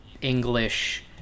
English